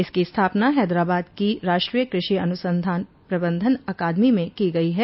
इसकी स्थापना हैदराबाद की राष्ट्रीय कृषि अनुसंधान प्रबंधन अकादमी में की गयी है